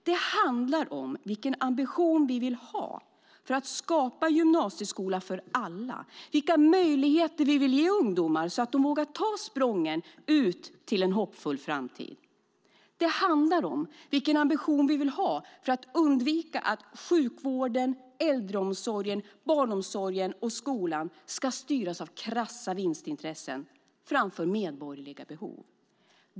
Det handlar om vilken ambition vi vill ha för att skapa en gymnasieskola för alla, vilka möjligheter vi vill ge ungdomar så att de vågar ta språnget in i en hoppfull framtid. Det handlar om vilken ambition vi vill ha för att undvika att sjukvården, äldreomsorgen, barnomsorgen och skolan ska styras av krassa vinstintressen framför medborgerliga behov.